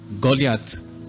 Goliath